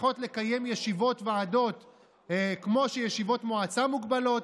לפחות לקיים ישיבות ועדות כמו שישיבות מועצה מוגבלות.